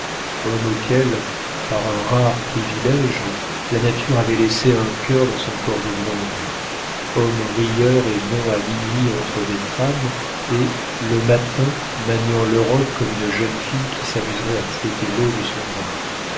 homme auquel par un rare privilége la nature avait laissé un cœur dans son corps de bronze homme rieur et bon à minuit entre des femmes et le matin maniant l'europe comme une jeune fille qui s'amuserait à fouetter l'eau de son bain